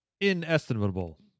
inestimable